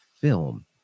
film